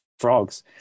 frogs